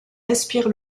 aspire